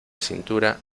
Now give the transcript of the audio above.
cintura